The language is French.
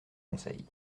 conseils